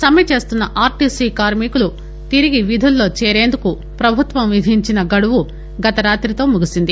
సమ్మె చేస్తున్న ఆర్టీసీ కార్మికులు తిరిగి విధుల్లో చేరేందుకు పభుత్వం విధించిన గడువు గత రాతితో ముగిసింది